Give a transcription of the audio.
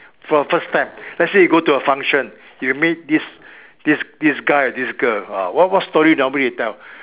for the first time let's say you go to a function you meet this this this guy or this girl ah what what story normally you tell